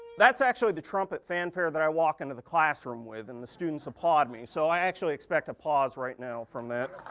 that's actually the trumpet fanfare that i walk into the classroom with and the students applaud me, so i actually expect applause right now from that.